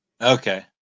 Okay